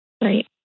right